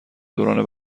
دوران